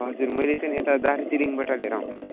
हजुर मैले चाहिँ नि यता दार्जिलिङबाट लिएर आउँछु